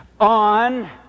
on